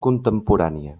contemporània